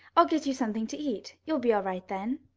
i'll get you something to eat. you'll be all right then.